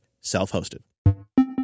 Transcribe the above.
self-hosted